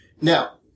now